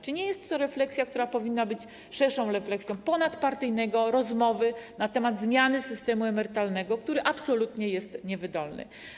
Czy nie jest to refleksja, która powinna być szerszą refleksją, tematem ponadpartyjnych rozmów na temat zmiany systemu emerytalnego, który absolutnie jest niewydolny?